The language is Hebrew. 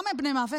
למה הם בני מוות?